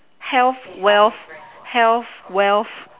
health wealth health wealth